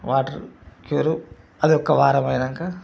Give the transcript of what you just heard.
water cure అదొక వారం అయినాక